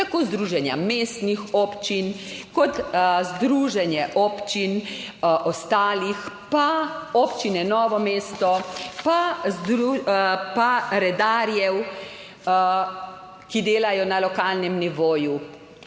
tako Združenja mestnih občin kot Združenje občin ostalih pa občine Novo mesto, pa redarjev, ki delajo na lokalnem nivoju.